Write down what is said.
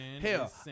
Hell